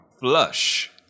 flush